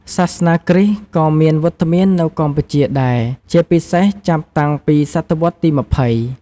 សាសនាគ្រីស្ទក៏មានវត្តមាននៅកម្ពុជាដែរ ជាពិសេសចាប់តាំងពីសតវត្សរ៍ទី ២០។